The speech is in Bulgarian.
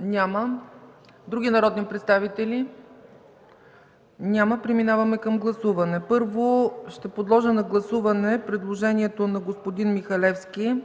Няма. Други народни представители? Няма. Преминаваме към гласуване. Първо ще подложа на гласуване предложението на господин Михалевски